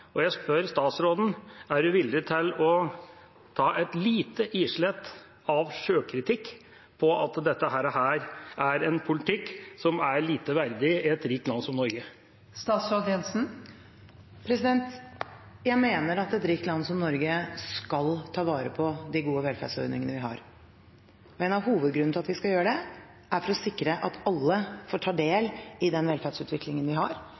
Jeg spør statsråden: Er hun villig til å ta et lite islett av sjølkritikk på at dette er en politikk som er lite verdig et rikt land som Norge? Jeg mener at et rikt land som Norge skal ta vare på de gode velferdsordningene vi har, og en av hovedgrunnene til at vi skal gjøre det, er for å sikre at alle får ta del i den velferdsutviklingen vi har,